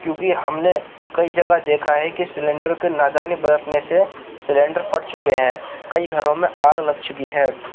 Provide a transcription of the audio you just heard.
کیونکہ ہم نے کئی جگہ دیکھا ہے کہ سلینڈر کے نادانی برتنے سے سلینڈر پھٹ چکے ہیں کئی گھروں میں آگ لگ چکی ہے